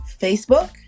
Facebook